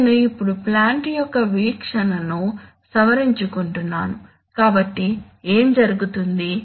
నేను ఇప్పుడు ప్లాంట్ యొక్క వీక్షణను సవరించుకుంటున్నాను కాబట్టి ఏమి జరుగుతుంది